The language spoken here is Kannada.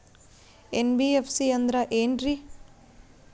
ಎನ್.ಬಿ.ಎಫ್.ಸಿ ಅಂದ್ರ ಏನ್ರೀ?